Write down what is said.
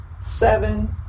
seven